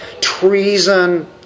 treason